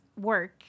work